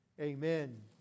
amen